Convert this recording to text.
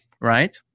Right